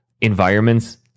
environments